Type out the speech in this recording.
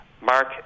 Mark